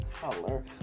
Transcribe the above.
color